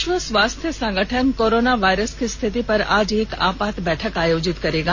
विश्व स्वास्थ्य संगठन कोरोना वायरस की स्थिति पर आज एक आपात बैठक आयोजित करेगा